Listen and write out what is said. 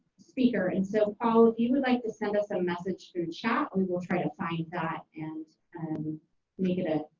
speaker and so paul, if you would like to send us a message through chat, and we will try to find that and and make it. ah